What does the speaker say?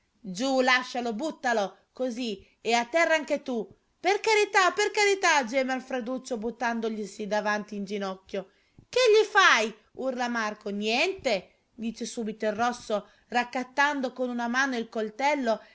giù lascialo buttalo così e a terra anche tu per carità per carità geme alfreduccio buttandoglisi davanti in ginocchio che gli fai urla marco niente dice subito il rosso raccattando con una mano il coltello